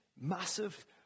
massive